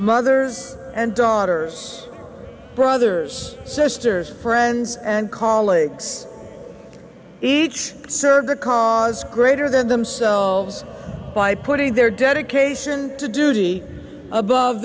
mothers and daughters brothers sisters friends and colleagues each surrogate cause greater than themselves by putting their dedication to duty above